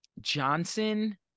Johnson